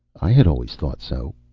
i had always thought so.